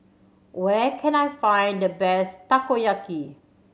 where can I find the best Takoyaki